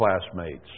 classmates